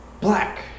Black